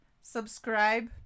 Subscribe